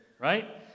right